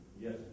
yes